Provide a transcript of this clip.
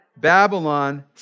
Babylon